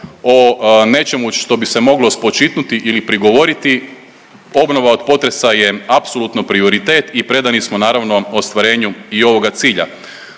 o nečemu što bi se moglo spočitnuti ili prigovoriti. Obnova od potresa je apsolutni prioritet i predani smo naravno ostvarenju i ovoga cilja.